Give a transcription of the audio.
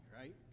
right